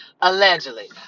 allegedly